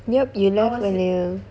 yup you left earlier